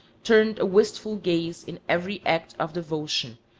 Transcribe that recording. turned a wistful gaze in every act of devotion,